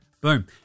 boom